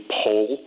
poll